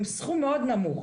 הם סכום מאוד נמוך.